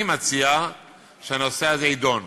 אני מציע שהנושא הזה יידון,